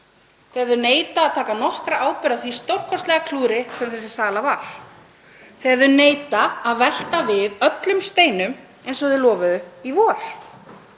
þegar þau neita að taka nokkra ábyrgð á því stórkostlega klúðri sem þessi sala var? Þegar þau neita að velta við öllum steinum eins og þau lofuðu í vor?